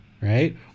right